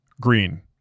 Green